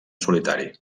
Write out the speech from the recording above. solitari